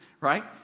Right